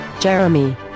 Jeremy